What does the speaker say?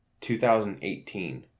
2018